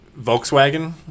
Volkswagen